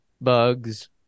bugs